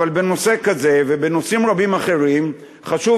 אבל בנושא כזה ובנושאים רבים אחרים חשוב